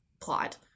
plot